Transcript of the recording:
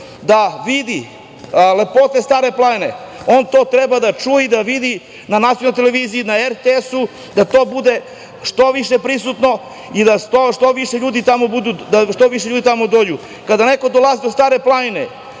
da vidi lepote Stare planine, on to treba da čuje i da vidi na nacionalnoj televiziji, na RTS-u, da to bude što više prisutno i da što više ljudi tamo dođe. Kada neko dolazi do Stare planine,